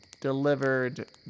delivered